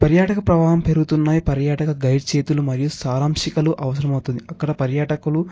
పర్యాటక ప్రవాహం పెరుగుతున్నాయి పర్యాటక గైడ్ చేతులు మరియు సారాంషికలు అవసరం అవుతుంది అక్కడ పర్యాటకులు